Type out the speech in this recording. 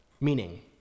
Meaning